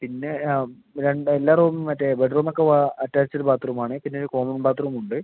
പിന്നെ ആ രണ്ട് എല്ലാ റൂമും മറ്റേ ബെഡ്റൂമൊക്കെ അറ്റാച്ചിട് ബാത്ത്റൂമാണ് പിന്നെ ഒരു കോമൺ ബാത്ത്റൂമും ഉണ്ട്